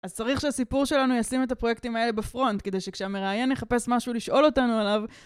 אז צריך שהסיפור שלנו ישים את הפרויקטים האלה בפרונט, כדי שכשהמראיין יחפש משהו לשאול אותנו עליו...